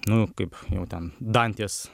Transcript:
nu kaip ten dantės